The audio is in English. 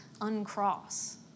uncross